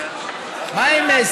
מה עם,